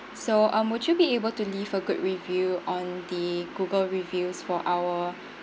so um would you be able to leave a good review on the google reviews for our